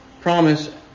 promise